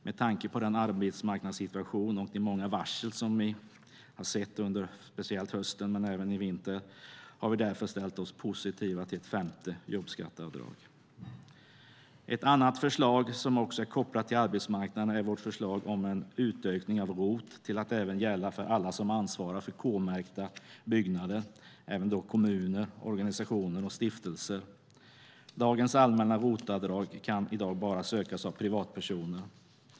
Med tanke på arbetsmarknadssituationen och de många varsel som vi sett under hösten och vintern har vi därför ställt oss positiva till ett femte jobbskatteavdrag. Ett annat förslag som också är kopplat till arbetsmarknaden är vårt förslag om en utökning av ROT till att även gälla för alla som ansvarar för K-märkta byggnader - även kommuner, organisationer och stiftelser. Dagens allmänna ROT-avdrag kan i dag bara sökas av privatpersoner.